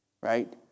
right